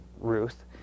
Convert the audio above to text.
Ruth